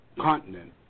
continent